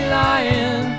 lying